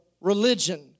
religion